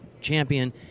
champion